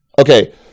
okay